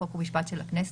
חוק ומשפט של הכנסת,